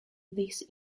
this